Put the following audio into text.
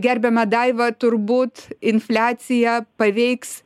gerbiama daiva turbūt infliacija paveiks